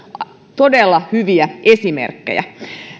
todella hyviä esimerkkejä